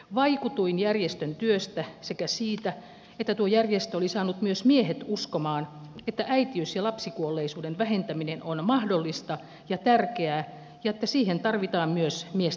vaikutuin järjestön työstä sekä siitä että tuo järjestö oli saanut myös miehet uskomaan että äitiys ja lapsikuolleisuuden vähentäminen on mahdollista ja tärkeää ja että siihen tarvitaan myös mies